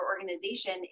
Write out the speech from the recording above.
organization